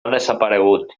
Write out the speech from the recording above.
desaparegut